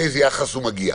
באיזה יחס הוא מגיע.